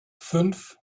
fünf